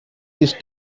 this